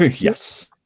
Yes